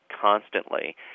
constantly